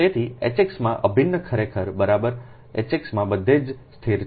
તેથી H x માં આ અભિન્ન ખરેખર H x માં બધે જ સ્થિર છે